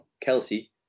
Kelsey